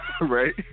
right